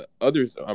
others